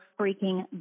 freaking